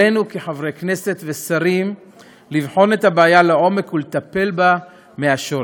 עלינו כחברי כנסת ושרים לבחון את הבעיה לעומק ולטפל בה מהשורש.